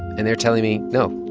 and they're telling me, no,